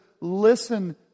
listen